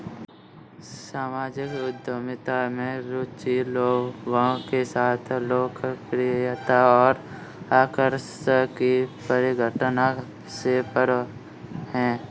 सामाजिक उद्यमिता में रुचि लोगों के साथ लोकप्रियता और आकर्षण की परिघटना से परे है